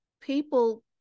people